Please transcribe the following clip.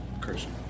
Christian